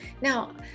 Now